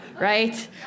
right